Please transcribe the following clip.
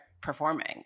performing